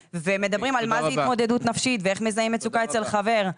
ומדברים על מה זה התמודדות נפשית ואיך מזהים מצוקה אצל חבר.